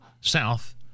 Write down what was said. South